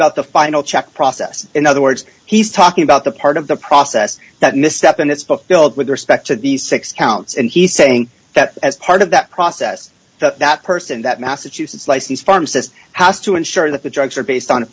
about the final check process in other words he's talking about the part of the process that misstep and it's fulfilled with respect to these six counts and he's saying that as part of that process that that person that massachusetts license pharmacist has to ensure that the drugs are based on a